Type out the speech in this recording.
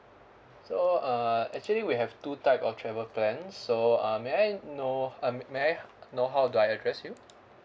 so uh actually we have two type of travel plans so um may I know um may I know how do I address you